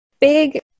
big